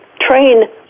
train